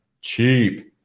cheap